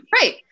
Right